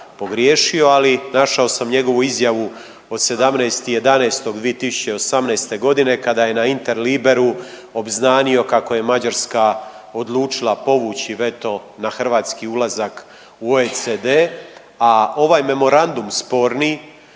pogriješio. Ali našao sam njegovu izjavu od 17.11.2018. godine kada je na Interliberu obznanio kako je Mađarska odlučila povući veto na hrvatski ulazak u OECD. A ovaj memorandum sporni